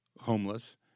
homeless